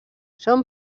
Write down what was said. són